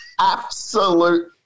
absolute